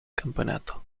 campeonato